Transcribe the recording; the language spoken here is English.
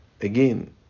again